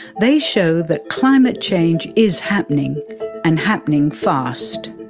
they show that climate change is happening and happening fast.